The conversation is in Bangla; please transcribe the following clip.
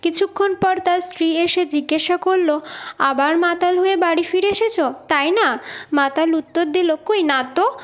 কিছুক্ষণ পর তার স্ত্রী এসে জিজ্ঞেসা করল আবার মাতাল হয়ে বাড়ি ফিরে এসেছো তাই না মাতাল উত্তর দিল কই না তো